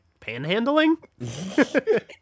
Panhandling